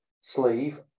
sleeve